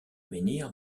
menhir